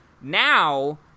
now